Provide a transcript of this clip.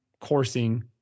coursing